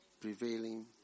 prevailing